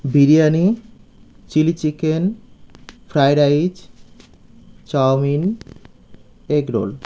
biryani chilli chicken fried rice chowmein egg roll